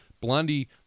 Blondie